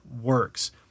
works